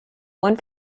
one